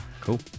Cool